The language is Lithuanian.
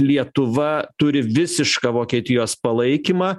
lietuva turi visišką vokietijos palaikymą